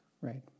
Right